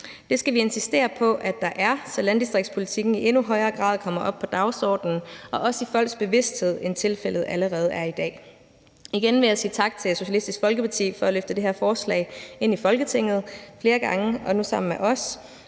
Det skal vi insistere på at der er, så landdistriktspolitikken i endnu højere grad kommer op på dagsordenen, også i folks bevidsthed, end tilfældet er i dag. Igen vil jeg sige tak til Socialistisk Folkeparti for at have løftet det her forslag ind i Folketinget flere gange og nu sammen med os.